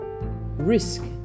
risk